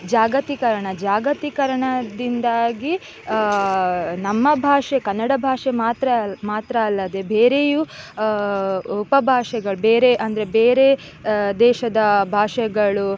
ಜಾಗತೀಕರಣ ಜಾಗತೀಕರಣದಿಂದಾಗಿ ನಮ್ಮ ಭಾಷೆ ಕನ್ನಡ ಭಾಷೆ ಮಾತ್ರ ಮಾತ್ರ ಅಲ್ಲದೇ ಬೇರೆಯೂ ಉಪಭಾಷೆಗಳು ಬೇರೆ ಅಂದರೆ ಬೇರೆ ದೇಶದ ಭಾಷೆಗಳು